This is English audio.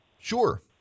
Sure